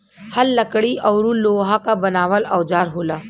हल लकड़ी औरु लोहा क बनावल औजार होला